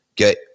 okay